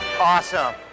Awesome